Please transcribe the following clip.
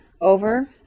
over